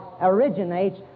originates